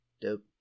dope